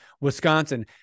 Wisconsin